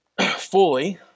fully